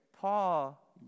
Paul